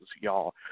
y'all